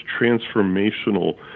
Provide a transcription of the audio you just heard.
transformational